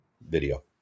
video